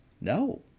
No